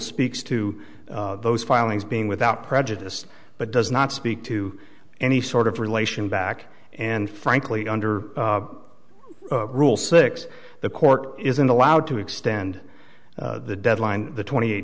speaks to those filings being without prejudice but does not speak to any sort of relation back and frankly under rule six the court isn't allowed to extend the deadline the twenty eight